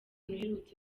uherutse